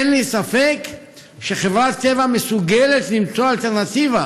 אין לי ספק שחברת טבע מסוגלת למצוא אלטרנטיבה